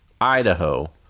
idaho